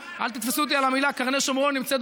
אין סיבה בעולם לקנות